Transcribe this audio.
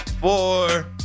four